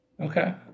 Okay